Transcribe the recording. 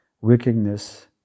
wickedness